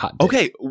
okay